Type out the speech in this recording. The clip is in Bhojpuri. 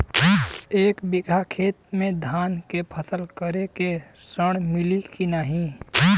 एक बिघा खेत मे धान के फसल करे के ऋण मिली की नाही?